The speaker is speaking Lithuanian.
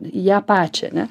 ją pačią ane